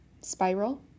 spiral